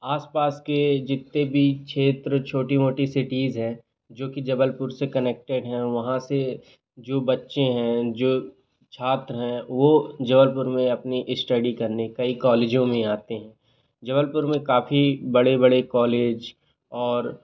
आस पास के जितने भी शेत्र छोटी मोटी सिटीज़ हैं जो कि जबलपुर से कनेक्टेड हैं और वहाँ से जो बच्चे हैं जो छात्र हैं वो जबलपुर में अपनी इस्टडी करने कई कॉलेजों में आते हैं जबलपुर में काफ़ी बड़े बड़े कॉलेज और